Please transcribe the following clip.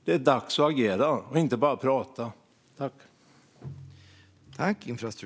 Det är dags att agera och inte bara prata.